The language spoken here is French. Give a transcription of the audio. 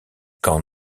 quand